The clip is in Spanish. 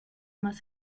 más